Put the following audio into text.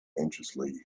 anxiously